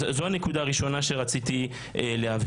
אז זאת הנקודה הראשונה שרציתי להבהיר.